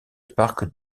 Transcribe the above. parc